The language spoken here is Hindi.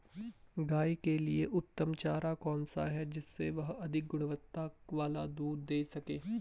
गाय के लिए उत्तम चारा कौन सा है जिससे वह अधिक गुणवत्ता वाला दूध दें सके?